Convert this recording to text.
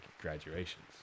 graduations